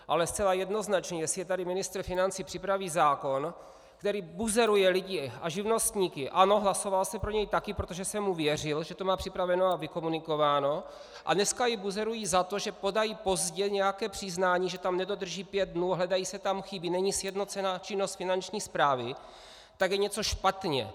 Ale zcela jednoznačně jestliže tady ministr financí připraví zákon, který buzeruje lidi a živnostníky ano, hlasoval jsem pro něj taky, protože jsem mu věřil, že to má připraveno a vykomunikováno a dneska je buzerují za to, že podají pozdě nějaké přiznání, že tam nedodrží pět dnů, hledají se tam chyby, není sjednocená činnost Finanční správy, tak je něco špatně.